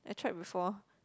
I tried before